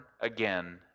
again